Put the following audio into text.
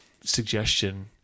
suggestion